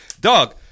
Dog